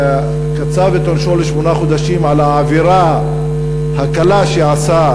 קצב את עונשו לשמונה חודשים על העבירה הקלה שעשה,